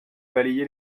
balayer